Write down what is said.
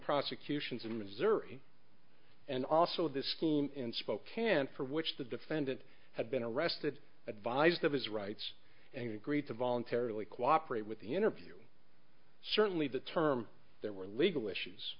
prosecutions in missouri and also this scheme in spokane for which the defendant had been arrested advised of his rights and agreed to voluntarily cooperate with the interview certainly the term there were legal issues